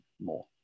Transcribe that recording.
more